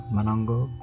Manango